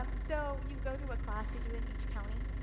um so you go to a class they do in each county.